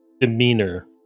demeanor